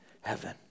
heaven